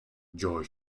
joy